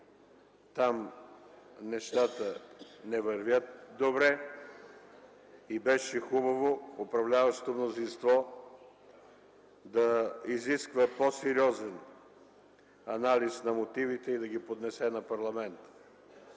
там нещата не вървят добре и беше хубаво управляващото мнозинство да изиска по-сериозен анализ на мотивите и да ги поднесе на парламента.